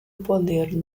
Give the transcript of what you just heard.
poder